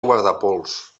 guardapols